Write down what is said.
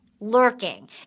lurking